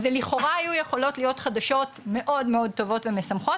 ולכאורה היו יכולות להיות חדשות מאוד מאוד טובות ומשמחות.